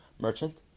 Merchant